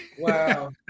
Wow